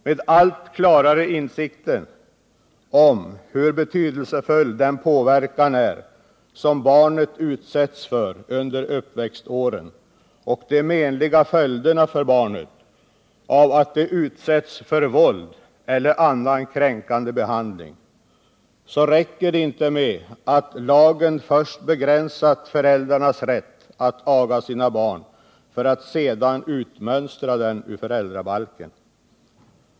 Man har nått allt klarare insikt om hur betydelsefull den påverkan är som barnet utsätts för under uppväxtåren och de menliga följderna för barnet av att det utsätts för våld eller annan kränkande behandling. Det räcker inte med att lagen först begränsat föräldrarnas rätt att aga sina barn, för att sedan utmönstra den ur föräldrabalken.